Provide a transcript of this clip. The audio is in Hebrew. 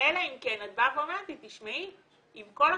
אלא אם כן את באה ואומרת לי, תשמעי, עם כל הכבוד,